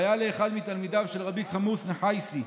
והיה לאחד מתלמידיו של רבי כמוס נחיאסי,